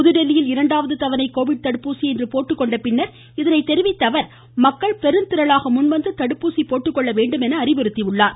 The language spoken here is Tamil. புதுதில்லியில் இரண்டாவது தவணை கோவிட் தடுப்பூசியை இன்று போட்டுக்கொண்ட பின்னர் இதனை தெரிவித்த அவர் மக்கள் பெருந்திரளாக முன்வந்து தடுப்பூசி போட்டுக்கொள்ள வேண்டும் என்று அறிவுறுத்தியுள்ளார்